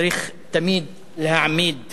וצריך תמיד להעמיד